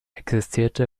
existierte